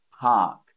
park